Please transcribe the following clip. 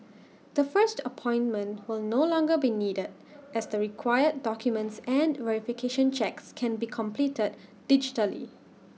the first appointment will no longer be needed as the required documents and verification checks can be completed digitally